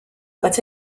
but